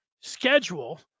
schedule